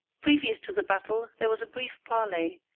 previous to the battle there was a brief parley,